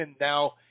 now